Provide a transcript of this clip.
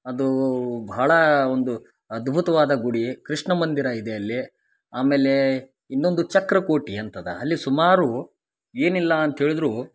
ಅದು ಭಾಳ ಒಂದು ಅದ್ಭುತವಾದ ಗುಡಿ ಕೃಷ್ಣ ಮಂದಿರ ಇದೆ ಅಲ್ಲಿ ಆಮೇಲೆ ಇನ್ನೊಂದು ಚಕ್ರಕೂಟಿ ಅಂತದ ಅಲ್ಲಿ ಸುಮಾರು ಏನಿಲ್ಲ ಅಂತೇಳಿದರೂ